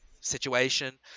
situation